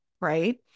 right